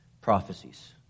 Prophecies